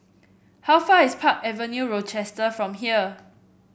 how far away is Park Avenue Rochester from here